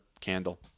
candle